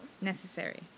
Necessary